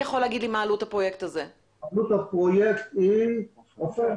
סך הכול עלות הפרויקט, עופר?